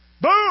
Boom